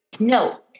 No